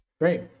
great